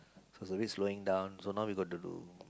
so it's a bit slowing down so now we got to do